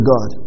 God